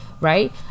right